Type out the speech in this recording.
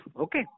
Okay